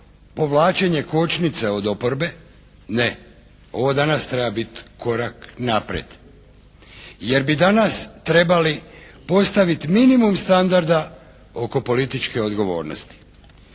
povlačenje kočnica od oporbe, ne. Ovo danas treba biti korak naprijed. Jer bi danas trebali postaviti minimum standarda oko političke odgovornosti.